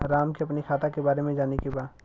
राम के अपने खाता के बारे मे जाने के बा?